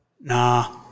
Nah